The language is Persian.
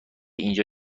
اینجا